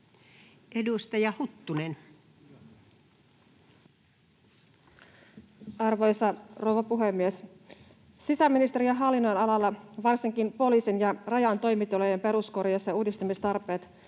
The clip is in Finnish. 10:52 Content: Arvoisa rouva puhemies! Sisäministeriön hallinnonalalla varsinkin poliisin ja Rajan toimitilojen peruskorjaus- ja uudistamistarpeet